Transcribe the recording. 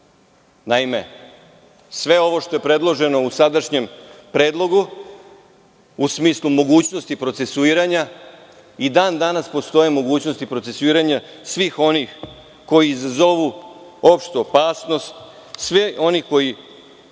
Naime, sve ovo što je predloženo u sadašnjem Predlogu, u smislu mogućnosti procesuiranja, i dan-danas postoje mogućnosti procesuiranja svih onih koji izazovu opštu opasnost, svih onih koji